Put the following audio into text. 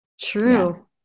true